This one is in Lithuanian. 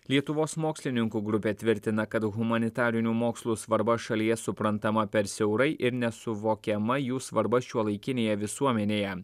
lietuvos mokslininkų grupė tvirtina kad humanitarinių mokslų svarba šalyje suprantama per siaurai ir nesuvokiama jų svarba šiuolaikinėje visuomenėje